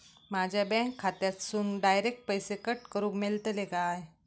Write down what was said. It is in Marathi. माझ्या बँक खात्यासून डायरेक्ट पैसे कट करूक मेलतले काय?